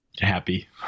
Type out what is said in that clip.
happy